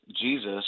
Jesus